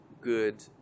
good